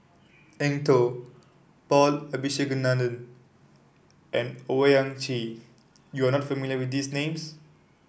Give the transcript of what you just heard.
Eng Tow Paul Abisheganaden and Owyang Chi you are not familiar with these names